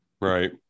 Right